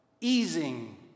easing